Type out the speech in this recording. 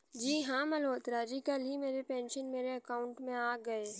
जी हां मल्होत्रा जी कल ही मेरे पेंशन मेरे अकाउंट में आ गए